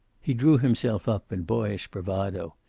he drew himself up in boyish bravado.